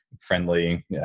friendly